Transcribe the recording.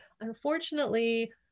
unfortunately